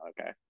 Okay